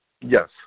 Yes